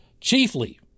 chiefly